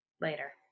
later